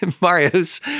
Mario's